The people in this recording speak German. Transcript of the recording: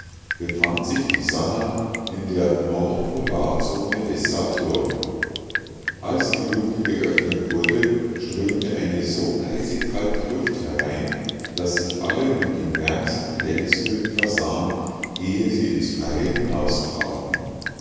befand sich die sannah in der nordpolarzone des saturn als die lucke geöffnet wurde strömte eine so eisig kalte luft herein daß sich alle mit den wärmsten pelzhüllen versahen ehe sie ins freie